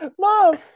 Mom